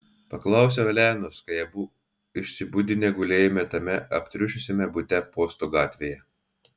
paklausiau elenos kai abu išsibudinę gulėjome tame aptriušusiame bute posto gatvėje